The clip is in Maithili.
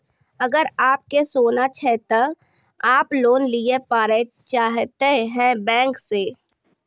अगर आप के सोना छै ते आप लोन लिए पारे चाहते हैं बैंक से?